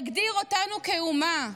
יגדיר אותנו כאומה,